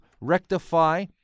rectify